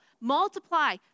multiply